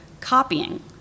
copying